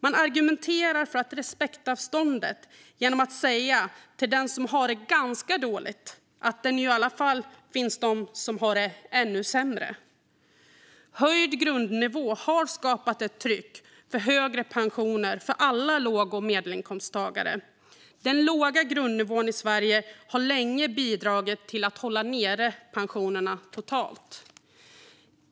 Man argumenterar för respektavstånd genom att säga till den som har det ganska dåligt att det i alla fall finns de som har det ännu sämre. Höjd grundnivå har skapat ett tryck för högre pensioner för alla låg och medelinkomsttagare. Den låga grundnivån i Sverige har länge bidragit till att hålla nere pensionerna totalt.